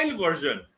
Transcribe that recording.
version